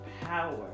power